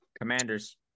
Commanders